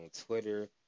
Twitter